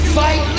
fight